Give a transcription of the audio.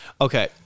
Okay